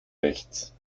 rechts